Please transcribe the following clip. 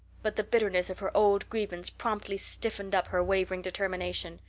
but the bitterness of her old grievance promptly stiffened up her wavering determination.